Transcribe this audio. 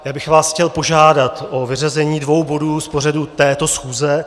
Já bych vás chtěl požádat o vyřazení dvou bodů z pořadu této schůze.